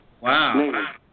Wow